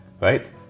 right